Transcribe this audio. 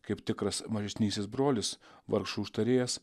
kaip tikras mažesnysis brolis vargšų užtarėjas